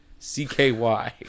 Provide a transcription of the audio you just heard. cky